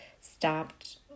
stopped